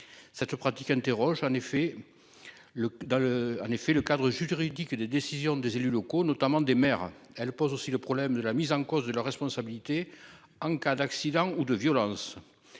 en effet. Le dans le. En effet le cadre juridique des décisions des élus locaux notamment des maires. Elle pose aussi le problème de la mise en cause de leurs responsabilités en cas d'accident ou de violence.